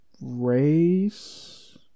race